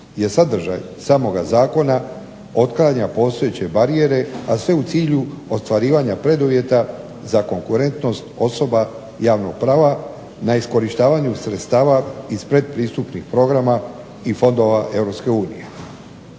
jer sadržaj samoga zakona otklanja postojeće barijere a sve u cilju ostvarivanja preduvjeta za konkurentnost osoba javnog prava na iskorištavanju sredstava iz pretpristupnih programa i fondova EU.